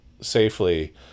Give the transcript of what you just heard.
safely